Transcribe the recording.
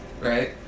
Right